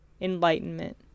enlightenment